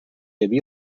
havia